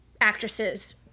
actresses